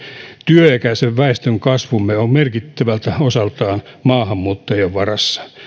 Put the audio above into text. työikäisen väestömme kasvu on merkittävältä osaltaan maahanmuuttajien varassa